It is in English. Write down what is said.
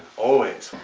always.